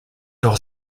doch